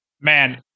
Man